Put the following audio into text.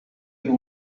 you